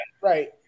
right